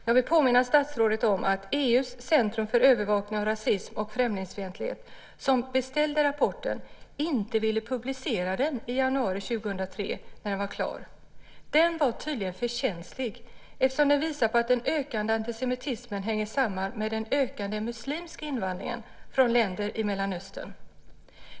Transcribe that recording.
Jag vill påminna statsrådet om att EU:s centrum för övervakning av rasism och främlingsfientlighet, som beställde rapporten, inte ville publicera den i januari 2003 när den var klar. Den var tydligen för känslig eftersom den visar på att den ökande antisemitismen hänger samman med den ökande muslimska invandringen från länder i Mellanöstern.